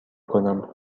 کنم